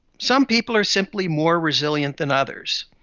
some people are simply more resilient than others.